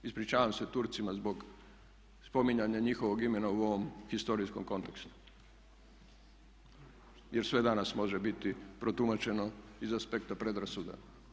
Ispričavam se Turcima zbog spominjanja njihovog imena u ovom historijskom kontekstu, jer sve danas može biti protumačeno iz aspekta predrasuda.